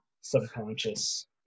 subconscious